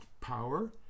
power